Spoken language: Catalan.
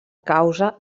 causa